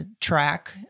track